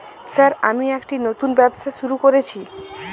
Sir আমি একটি নতুন ব্যবসা শুরু করেছি?